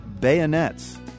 bayonets